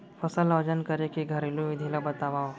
फसल ला वजन करे के घरेलू विधि ला बतावव?